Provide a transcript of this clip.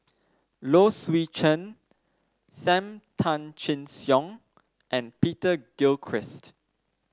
Low Swee Chen Sam Tan Chin Siong and Peter Gilchrist